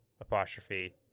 apostrophe